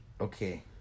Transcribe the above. Okay